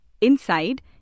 Inside